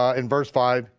ah in verse five,